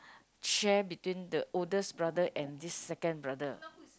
share between the oldest brother and this second brother